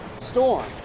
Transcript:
storm